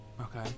Okay